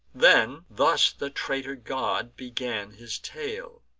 then thus the traitor god began his tale